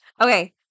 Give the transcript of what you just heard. Okay